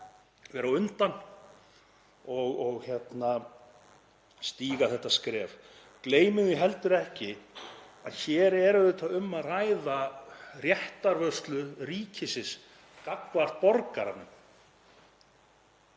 að vera á undan og stíga þetta skref. Gleymum því heldur ekki að hér er auðvitað um að ræða réttarvörslu ríkisins gagnvart borgurunum.